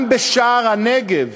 גם בשער-הנגב,